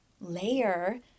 layer